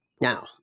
Now